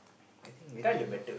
I think it very soon